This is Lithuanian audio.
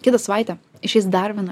kitą savaitę išeis dar viena